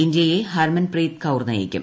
ഇന്ത്യയെ ഹർമൻപ്രീത് കൌർ നയിക്കും